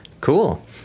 Cool